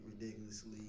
ridiculously